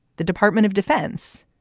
the department of defense.